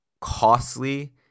costly